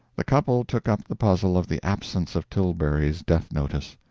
the couple took up the puzzle of the absence of tilbury's death-notice.